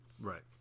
right